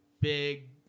big